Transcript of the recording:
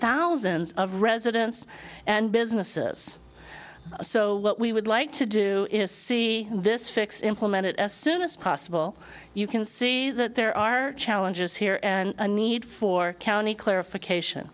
thousands of residents and businesses so what we would like to do is see this fix implemented as soon as possible you can see that there are challenges here and a need for county clarification